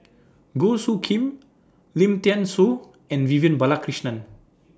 Goh Soo Khim Lim Thean Soo and Vivian Balakrishnan